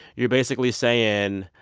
you're basically saying,